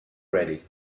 ready